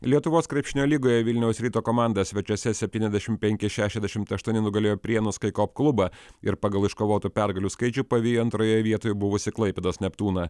lietuvos krepšinio lygoje vilniaus ryto komanda svečiuose septyniasdešimt penki šešiasdešimt aštuoni nugalėjo prienų skaikop klubą ir pagal iškovotų pergalių skaičių pavijo antroje vietoje buvusį klaipėdos neptūną